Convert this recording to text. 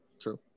True